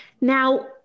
Now